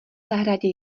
zahradě